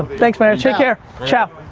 thanks man, take care, ciao.